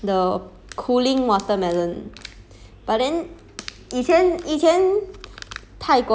neh this one also this one last time also originate from thailand the cooling watermelon